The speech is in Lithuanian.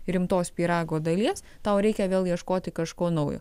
rimtos pyrago dalies tau reikia vėl ieškoti kažko naujo